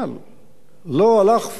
לא הלך פואד בן-אליעזר?